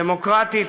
דמוקרטית,